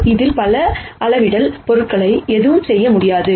எனவே இது அதே அடிப்படை இண்டிபெண்டெண்ட் மற்றொரு லீனியர் காம்பினேஷன்